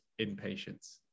inpatients